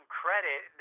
credit